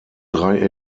drei